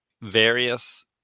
various